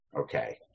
Okay